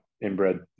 inbred